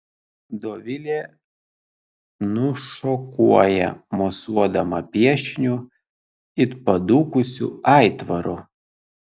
dovilė nušokuoja mosuodama piešiniu it padūkusiu aitvaru